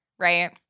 Right